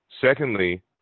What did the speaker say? secondly